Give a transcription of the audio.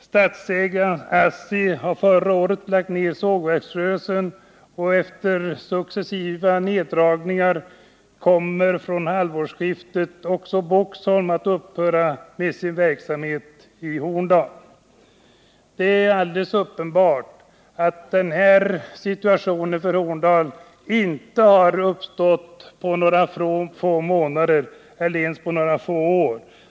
Statsägda ASSI har förra året lagt ned sågverksrörelsen, och efter successiva neddragningar kommer från halvårsskiftet också Boxholm att upphöra med sin verksamhet i Horndal. Det är alldeles uppenbart att den här situationen för Horndal inte har uppstått på några få månader eller ens några få år.